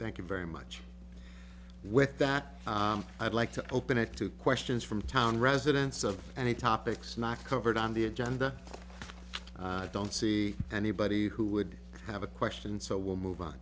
thank you very much with that i'd like to open it to questions from town residents of any topics not covered on the agenda i don't see anybody who would have a question so we'll move on